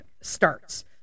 starts